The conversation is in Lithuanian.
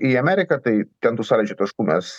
į ameriką tai ten tų sąlyčio taškų mes